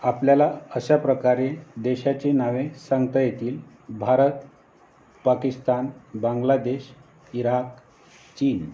आपल्याला अशाप्रकारे देशाची नावे सांगता येतील भारत पाकिस्तान बांग्लादेश इराक चीन